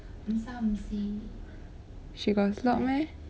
she got slot meh